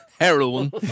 heroin